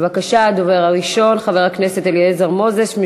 בבקשה, הדובר הראשון, חבר הכנסת אליעזר מוזס.